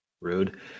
rude